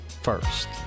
first